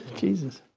jesus!